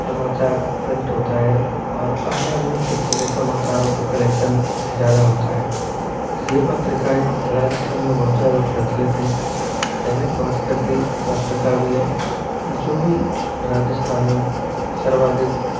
समाचार प्रिंट होता है और अपने अपने क्षेत्र के समाचारों का कलेक्शन ज़्यादा होता है ये पत्रिकाएं राजस्थान में बहुत ज़्यादा प्रचलित है दैनिक भास्कर की पत्रिका भी है जो भी राजस्थान में सर्वाधिक